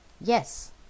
Yes